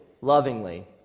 lovingly